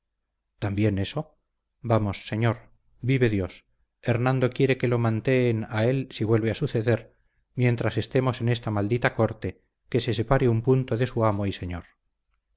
también eso vamos señor vive dios hernando quiere que lo manteen a él si vuelve a suceder mientras estemos en esta maldita corte que se separe un punto de su amo y señor